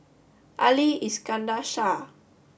Ali Iskandar Shah